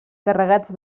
carregats